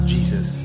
Jesus